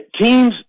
teams